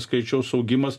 skaičiaus augimas